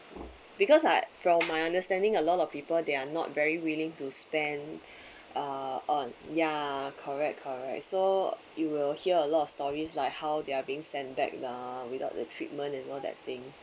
because I from my understanding a lot of people they are not very willing to spend uh on ya correct correct so you will hear a lot of stories like how they are being sent back lah without the treatment and all that thing